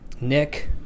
Nick